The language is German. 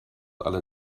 alle